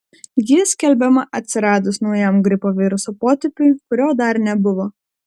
ji skelbiama atsiradus naujam gripo viruso potipiui kurio dar nebuvo